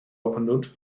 opendoet